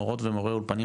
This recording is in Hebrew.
מורות ומורי האולפנים,